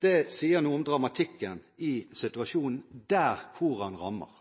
Det sier noe om dramatikken i situasjonen der hvor den rammer.